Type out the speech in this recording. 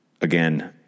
again